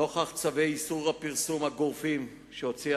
נוכח צווי איסור הפרסום הגורפים שהוציאה